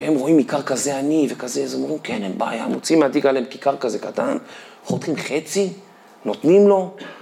הם רואים איכר כזה עני וכזה איזה, אומרים כן, אין בעיה, הם מוצאים מהתיק היה להם כיכר כזה קטן, חותכים חצי, נותנים לו.